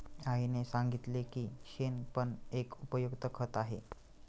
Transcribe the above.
आईने सांगितले की शेण पण एक उपयुक्त खत आहे